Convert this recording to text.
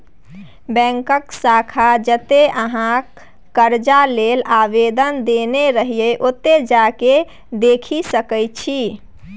बैकक शाखा जतय अहाँ करजा लेल आवेदन देने रहिये ओतहु जा केँ देखि सकै छी